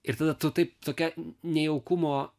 ir tada tu taip tokia nejaukumo